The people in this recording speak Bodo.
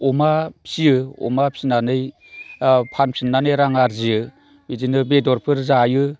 अमा फियो अमा फिनानै फानफिननानै रां आरजियो बेदिनो बेदरफोर जायो